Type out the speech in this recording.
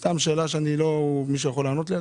האם העירייה לא גובה על הבריכה או על חדר הכושר שם שום דבר?